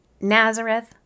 Nazareth